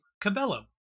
Cabello